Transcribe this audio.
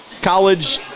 college